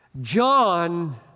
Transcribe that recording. John